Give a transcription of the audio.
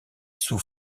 sous